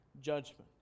judgment